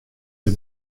der